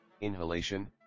inhalation